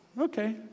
okay